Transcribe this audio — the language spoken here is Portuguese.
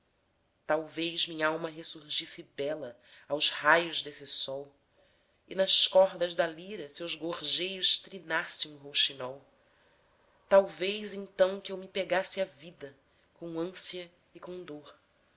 talvez minhalma ressurgisse bela aos raios desse sol e nas cordas da lira seus gorjeios trinasse um rouxinol talvez então que eu me pegasse à vida com ânsia e com